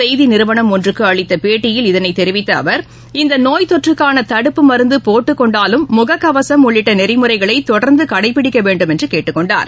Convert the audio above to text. செய்திநிறுவனம் ஒன்றுக்குஅளித்தபேட்டியில் இதனைதெரிவித்தஅவர் இந்தநோய் தொற்றுக்கானதடுப்பு மருந்துபோட்டுக்கொண்டாலும் உள்ளிட்டநெறிமுறைகளைதொடர்ந்துகடைபிடிக்கவேண்டும் என்றுகேட்டுக்கொண்டார்